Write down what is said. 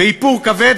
באיפור כבד,